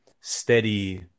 steady